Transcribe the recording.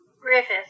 Griffith